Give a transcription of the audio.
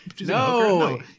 No